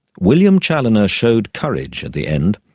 william chaloner showed courage at the end.